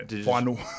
final